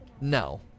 no